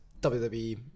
WWE